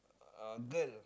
uh girl